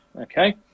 okay